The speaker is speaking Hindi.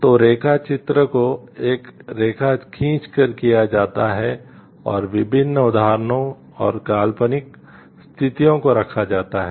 तो रेखा चित्र को एक रेखा खींचकर किया जाता है और विभिन्न उदाहरणों और काल्पनिक स्थितियों को रखा जाता है